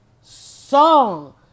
song